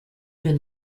been